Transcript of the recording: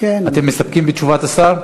אתם מסתפקים בתשובת השר?